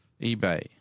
eBay